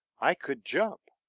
i could jump.